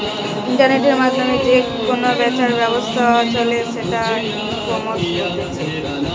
ইন্টারনেটের মাধ্যমে যে কেনা বেচার ব্যবসা চলে সেটাকে ইকমার্স বলতিছে